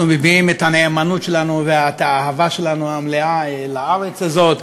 אנחנו מביעים את הנאמנות שלנו ואת האהבה שלנו המלאה לארץ הזאת,